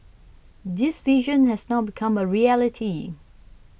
this vision has now become a reality